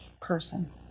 person